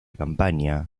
campaña